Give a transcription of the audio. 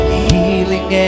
healing